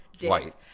white